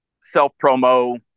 self-promo